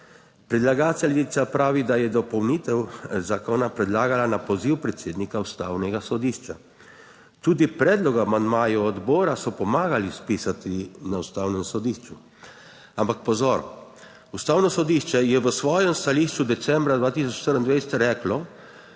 Predlagateljica pravi, da je dopolnitev zakona predlagala na poziv predsednika Ustavnega sodišča. Tudi predlog amandmajev odbora so pomagali spisati na Ustavnem sodišču. Ampak pozor! Ustavno sodišče je v svojem stališču decembra 2024 reklo,